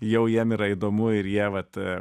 jau jiem yra įdomu ir jie vat